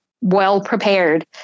well-prepared